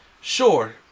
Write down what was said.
sure